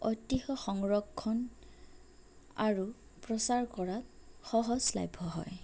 ঐতিহ্য় সংৰক্ষণ আৰু প্ৰচাৰ কৰাত সহজলভ্য হয়